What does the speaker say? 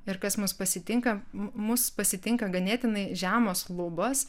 ir kas mus pasitinka mus pasitinka ganėtinai žemos lubos